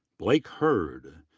blake hurd.